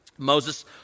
Moses